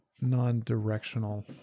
non-directional